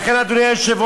לכן, אדוני היושב-ראש,